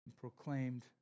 proclaimed